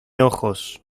ojos